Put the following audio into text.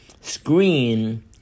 screen